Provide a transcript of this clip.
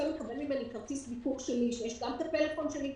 מקבל ממני כרטיס ביקור שלי שבו יש גם את הפלאפון שלי,